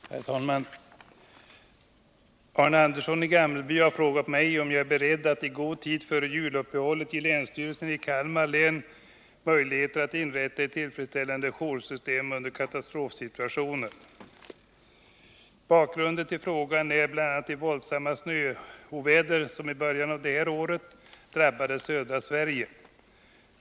Herr talman! Arne Andersson i Gamleby har frågat mig om jag är beredd att i god tid före juluppehållet ge länsstyrelsen i Kalmar län möjligheter att inrätta ett tillfredsställande joursystem för katastrofsituationer. Bakgrunden till frågan är bl.a. de våldsamma snöoväder som i början av detta år drabbade södra Sverige.